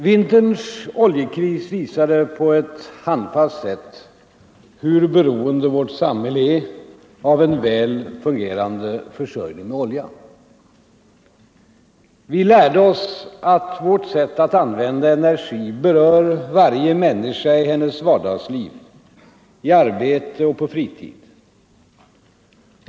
Vinterns oljekris visade på ett handfast sätt hur beroende vårt samhälle är av en väl fungerande försörjning med olja. Vi lärde oss att vårt sätt att använda energi berör varje människa i hennes vardagsliv, i arbete och på fritid.